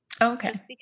Okay